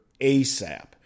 ASAP